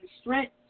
strength